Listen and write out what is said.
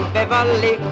Beverly